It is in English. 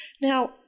Now